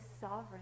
sovereign